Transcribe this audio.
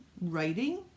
writing